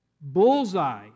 bullseye